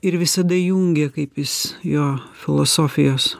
ir visada jungia kaip jis jo filosofijos